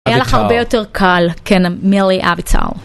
היה לך הרבה יותר קל. כן, מילי אביצאו